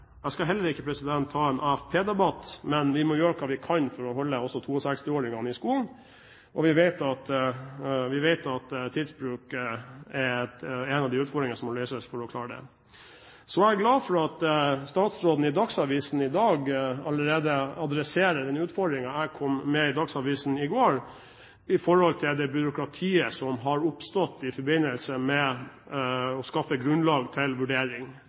Jeg skal heller ikke ta en AFP-debatt, men vi må gjøre hva vi kan for også å holde 62-åringene i skolen. Vi vet at tidsbruk er en av utfordringene som må løses for å klare det. Jeg er glad for at statsråden i Dagsavisen i dag allerede adresserer den utfordringen jeg kom med i Dagsavisen i går når det gjelder det byråkratiet som har oppstått i forbindelse med å skaffe grunnlag til vurdering